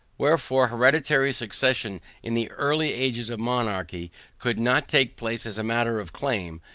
wherefore, hereditary succession in the early ages of monarchy could not take place as a matter of claim,